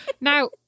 Now